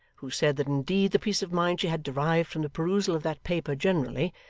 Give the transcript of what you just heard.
who said that indeed the peace of mind she had derived from the perusal of that paper generally,